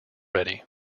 ready